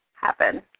happen